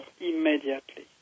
Immediately